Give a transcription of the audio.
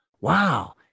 wow